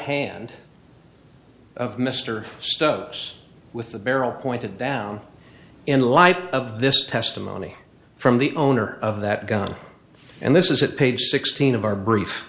hand of mr stokes with the barrel pointed down in light of this testimony from the owner of that gun and this is it page sixteen of our brief